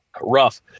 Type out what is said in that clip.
rough